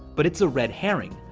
but it's a red herring,